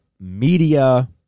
media